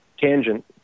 tangent